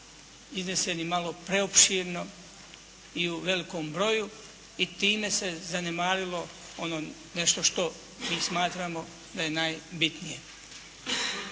iznesenih malo preopširno i u velikom broju i time se zanemarilo nešto što mi smatramo da je najbitnije.